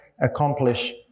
accomplish